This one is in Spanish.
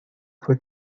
fue